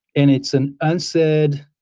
and it's an unsaid,